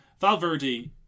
Valverde